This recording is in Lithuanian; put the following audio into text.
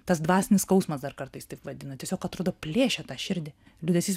tas dvasinis skausmas dar kartais taip vadina tiesiog atrodo plėšia tą širdį liūdesys